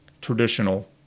traditional